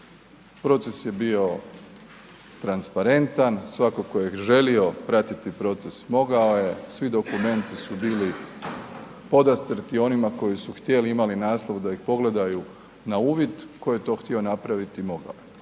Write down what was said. Proces je bio transparentan, svatko tko je želio pratiti proces, mogao je, svi dokumenti su bili podastrti onima koji su htjeli, imali .../Govornik se ne razumije./... da ih pogledaju na uvid, tko je to htio napraviti, mogao